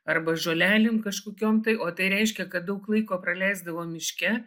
arba žolelėm kažkokiom tai o tai reiškia kad daug laiko praleisdavo miške